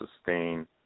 sustain